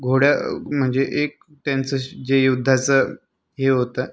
घोडं म्हणजे एक त्यांचं जे युद्धाचं हे होतं